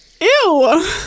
Ew